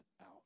out